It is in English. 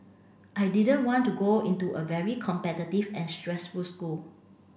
I didn't want to go into a very competitive and stressful school